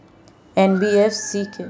NBFC के अंतर्गत क्या आता है?